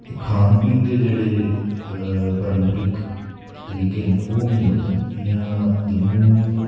एह् खान पीन दे जेह्ड़े परम्परिक तरीके ओह् मिगी लगदे न जियां जम्मू